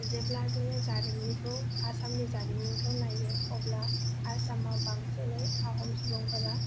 जेब्ला जोङो जारिमिनखौ आसामनि जारिमिनखौ नायो अब्ला आसामाव बांसिनै आहम सुबुंफोरा